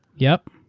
yup.